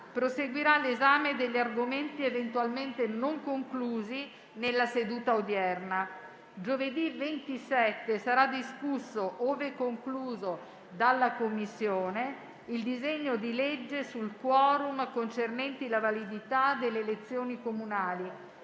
proseguirà l'esame degli argomenti eventualmente non conclusi nella seduta odierna. Giovedì 27 sarà discusso - ove concluso dalla Commissione - il disegno di legge sui *quorum* concernenti la validità delle elezioni comunali.